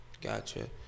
Gotcha